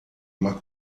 uma